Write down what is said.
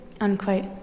Unquote